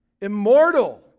immortal